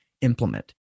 implement